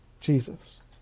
Jesus